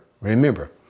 remember